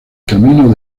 camino